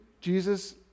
Jesus